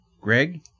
Greg